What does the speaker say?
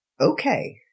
Okay